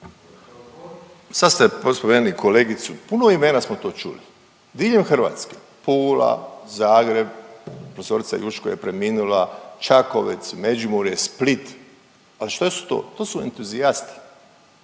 Sad ste spomenuli kolegicu, puno imena smo tu čuli diljem Hrvatske, Pula, Zagreb, profesorica Jurić koja je preminula, Čakovec, Međimurje, Split, a što su to? To su entuzijasti,